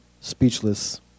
speechless